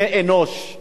אני רוצה לספר לך,